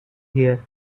here